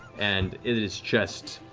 and it is just